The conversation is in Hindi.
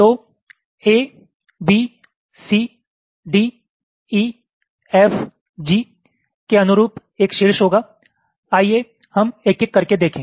तो A B C D E F G के अनुरूप एक शीर्ष होगा आइए हम एक एक करके देखें